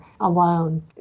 alone